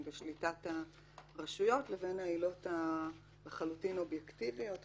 בשליטת הרשויות לבין העילות האובייקטיביות לחלוטין,